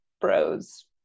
bros